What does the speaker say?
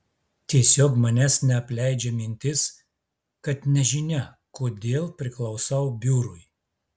tiesiog manęs neapleidžia mintis kad nežinia kodėl priklausau biurui